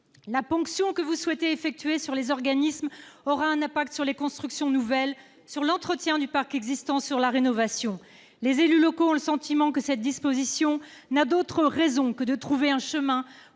La ponction que vous souhaitez effectuer sur les organismes aura un impact sur les constructions nouvelles, l'entretien du parc existant et la rénovation. Les élus locaux ont le sentiment que cette mesure n'a d'autre raison d'être que de trouver une